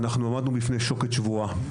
עמדנו לפני שוקת שבורה.